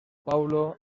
paulo